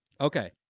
Okay